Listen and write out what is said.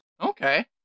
Okay